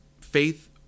faith